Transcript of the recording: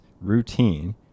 routine